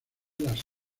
las